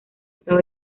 estado